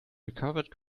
recovered